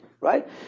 right